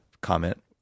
comment